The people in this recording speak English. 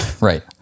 Right